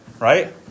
right